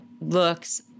looks